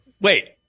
Wait